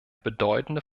bedeutende